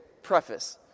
Preface